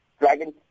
dragon